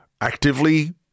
actively